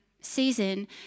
season